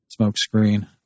smokescreen